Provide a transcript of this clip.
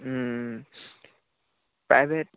private